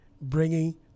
bringing